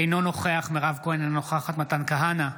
אינו נוכח מירב כהן, אינה נוכחת מתן כהנא,